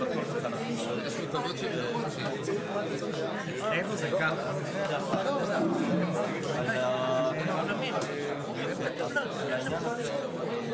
כי אם כל הזמן עושים אותו דבר ומצפים לתוצאות שונות,